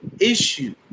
issue